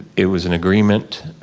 it was an agreement